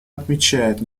отмечает